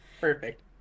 perfect